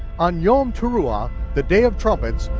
on yom teruah, the day of trumpets,